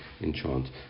enchant